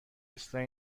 اصلاح